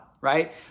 right